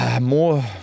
More